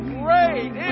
great